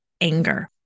anger